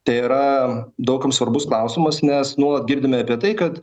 tai yra daug kam svarbus klausimas nes nuolat girdime apie tai kad